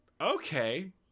Okay